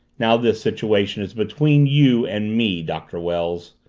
now this situation is between you and me, doctor wells.